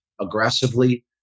aggressively